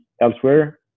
elsewhere